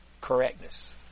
correctness